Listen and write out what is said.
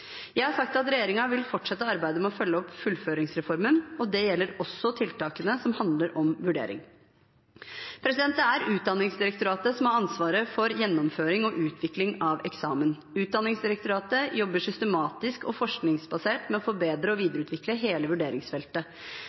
Jeg har sagt at regjeringen vil fortsette arbeidet med å følge opp fullføringsreformen, og det gjelder også tiltakene som handler om vurdering. Det er Utdanningsdirektoratet som har ansvaret for gjennomføring og utvikling av eksamen. Utdanningsdirektoratet jobber systematisk og forskningsbasert med å forbedre og videreutvikle hele vurderingsfeltet.